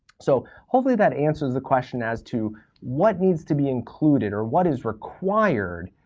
so hopefully, that answers the question as to what needs to be included, or what is required,